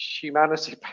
humanity